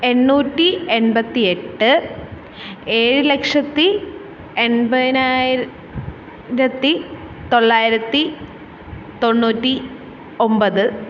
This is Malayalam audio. എണ്ണൂറ്റി എൺപത്തിഎട്ട് ഏഴ് ലക്ഷത്തി എൺപതിനായിരത്തി തൊള്ളായിരത്തി തൊണ്ണൂറ്റി ഒമ്പത്